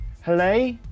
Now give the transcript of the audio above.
hello